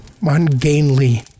ungainly